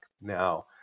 now